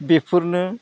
बेफोरनो